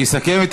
אני מסכם.